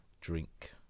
drink